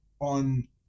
on